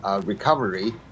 recovery